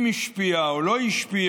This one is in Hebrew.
אם השפיע או לא השפיע.